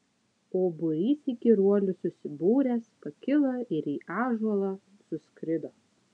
o būrys įkyruolių susibūręs pakilo ir į ąžuolą suskrido